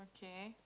K